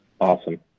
awesome